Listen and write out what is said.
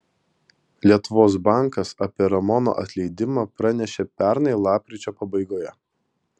lietuvos bankas apie ramono atleidimą pranešė pernai lapkričio pabaigoje